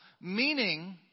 Meaning